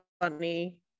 funny